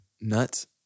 Nuts